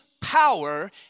power